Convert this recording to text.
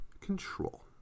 control